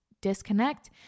disconnect